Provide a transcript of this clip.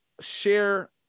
share